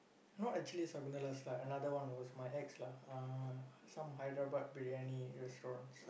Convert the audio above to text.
not actually Sakunthala's lah another one was my ex lah uh some hyderabad briyani restaurants